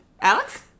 Alex